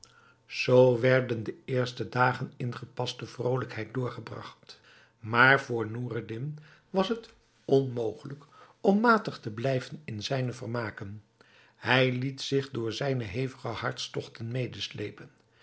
zoo werden de eerste dagen in gepaste vrolijkheid doorgebragt maar voor noureddin was het onmogelijk om matig te blijven in zijne vermaken hij liet zich door zijne hevige hartstogten medeslepen